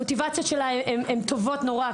המוטיבציות שלהם הן טובות נורא,